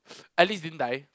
Alice didn't die